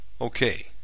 Okay